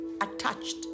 attached